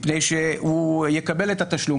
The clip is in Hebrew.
מפני שהוא יקבל את התשלום,